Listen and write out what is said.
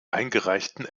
eingereichten